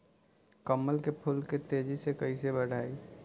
कमल के फूल के तेजी से कइसे बढ़ाई?